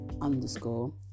underscore